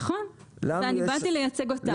נכון, אני באתי לייצג אותם.